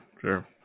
sure